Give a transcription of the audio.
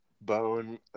bone